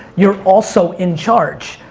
you're also in charge,